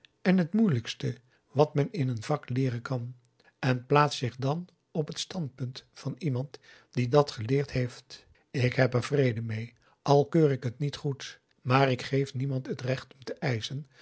en het moeilijkste wat men in een vak leeren kan en plaatst zich dan op het stendpunt van iemand die dàt geleerd heeft ik heb er vrede mee al keur ik het niet goed maar ik geef niemand het recht om te eischen